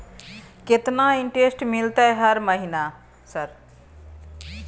केतना इंटेरेस्ट मिलते सर हर महीना?